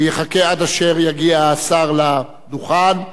שיחכה עד אשר יגיע השר לדוכן,